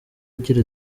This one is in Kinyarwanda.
ugira